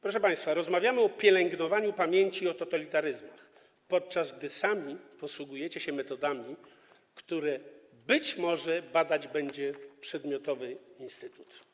Proszę państwa, rozmawiamy o pielęgnowaniu pamięci i o totalitaryzmach, podczas gdy sami posługujecie się metodami, które - być może - będzie badać przedmiotowy instytut.